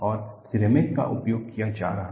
और सिरेमिक का उपयोग किया जा रहा है